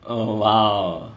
oh !wow!